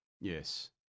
Yes